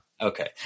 Okay